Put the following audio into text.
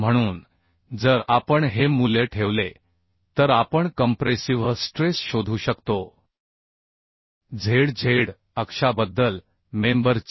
म्हणून जर आपण हे मूल्य ठेवले तर आपण कंप्रेसिव्ह स्ट्रेस शोधू शकतो zz अक्षाबद्दल मेंबरचे